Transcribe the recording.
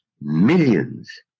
millions